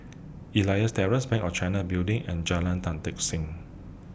Elias Terrace Bank of China Building and Jalan Tan Tock Seng